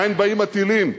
מאין באים הטילים?